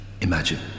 Imagine